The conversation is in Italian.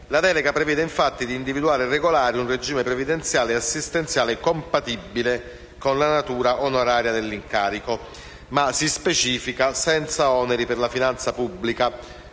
La delega prevede infatti di individuare e regolare un regime previdenziale e assistenziale compatibile con la natura onoraria dell'incarico, ma - si specifica - senza oneri per la finanza pubblica,